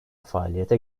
faaliyete